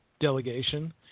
delegation